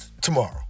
Tomorrow